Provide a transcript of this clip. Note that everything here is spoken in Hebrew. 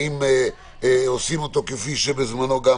האם עושים אותו כפי שבזמנו גם